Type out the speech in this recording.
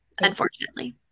unfortunately